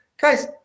Guys